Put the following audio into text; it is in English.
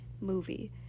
movie